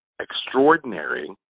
extraordinary